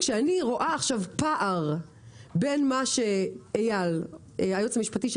כשאני רואה עכשיו פער בין מה שהיועץ המשפטי של